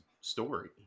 story